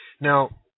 Now